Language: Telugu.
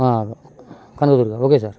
Kanakadurga okay sir